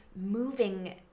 moving